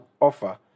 offer